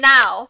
Now